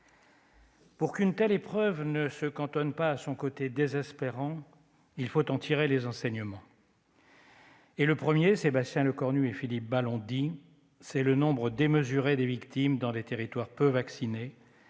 Pour qu'une telle épreuve ne se cantonne pas à son côté désespérant, il faut en tirer les enseignements. Le premier d'entre eux- M. le ministre et M. le rapporteur l'on dit -, c'est le nombre démesuré des victimes dans les territoires peu vaccinés,